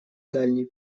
дальний